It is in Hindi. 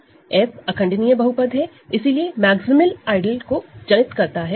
f इररेडूसिबल पॉलीनॉमिनल है इसीलिए मैक्सिमम आइडल को जेनेरेट करता है